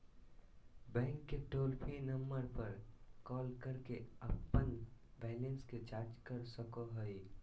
bank के toll free number पर call करके अपन बैलेंस के जांच कर सको हइ